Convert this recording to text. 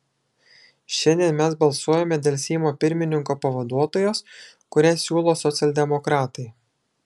šiandien mes balsuojame dėl seimo pirmininko pavaduotojos kurią siūlo socialdemokratai